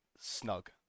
snug